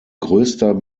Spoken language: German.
größter